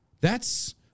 that's-